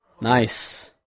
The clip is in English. Nice